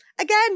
Again